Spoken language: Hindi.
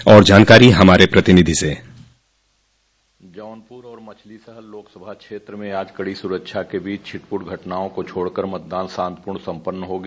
और जानकारी हमारे प्रतिनिधि से जौनपुर और मछली शहर लोकसभा क्षेत्र में आज कड़ी सुरक्षा के बीच छिटपुट घटनाओं को छोड़कर मतदान शांतिपूर्ण सम्पन्न हो गया